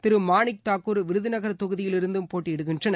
திரு மாணிக் தாக்கூர் விருதுநகர் தொகுதியிலிருந்தும் போட்டியிடுகின்றனர்